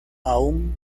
aún